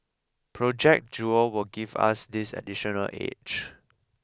project jewel will give us this additional edge